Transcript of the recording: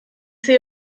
sehe